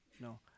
No